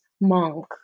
monk